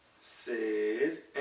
says